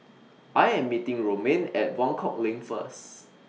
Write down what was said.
I Am meeting Romaine At Buangkok LINK First